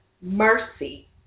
mercy